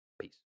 Peace